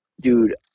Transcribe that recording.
dude